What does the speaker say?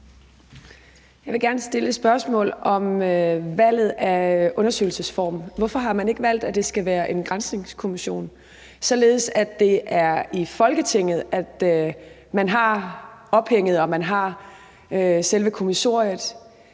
Jeg vil gerne stille et spørgsmål om valget af undersøgelsesform. Hvorfor har man ikke valgt, at det skal være en granskningskommission, således at det er i Folketinget, man har ophænget og har fået selve kommissoriet?